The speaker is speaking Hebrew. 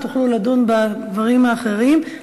עוד תוכלו לדון בדברים האחרים.